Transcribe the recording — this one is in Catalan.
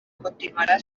continuarà